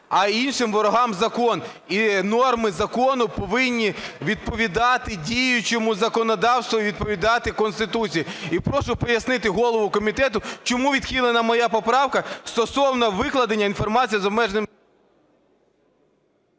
а іншим, ворогам - закон. І норми закону повинні відповідати діючому законодавству і відповідати Конституції. І прошу пояснити голову комітету, чому відхилена моя поправка стосовно викладення інформації з обмеженим...